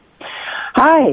Hi